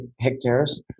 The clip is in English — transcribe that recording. hectares